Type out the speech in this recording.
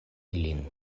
ilin